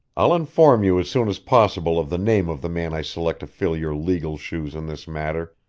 i'll inform you as soon as possible of the name of the man i select to fill your legal shoes in this matter.